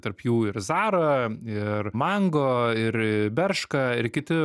tarp jų ir zara ir mango ir i berška ir kiti